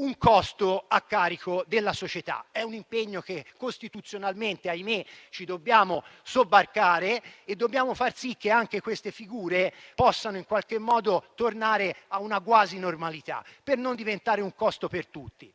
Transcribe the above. un costo a carico della società. È un impegno che costituzionalmente, ahimè, ci dobbiamo sobbarcare, per far sì che anche queste figure possano in qualche modo tornare a una quasi normalità e non diventare un costo per tutti.